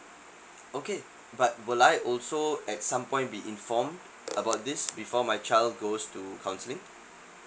okay but will I also at some point be informed about this before my child goes to counseling